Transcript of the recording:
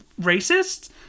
racist